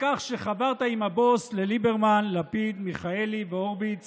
בכך שחברת עם הבוס לליברמן, לפיד, מיכאלי והורוביץ